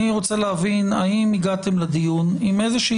אני רוצה להבין האם הגעתם לדיון עם איזושהי